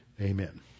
amen